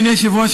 אדוני היושב-ראש,